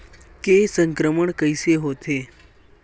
के संक्रमण कइसे होथे?